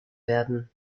werden